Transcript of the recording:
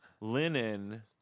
linen